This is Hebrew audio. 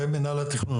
התכנית